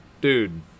dude